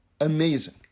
amazing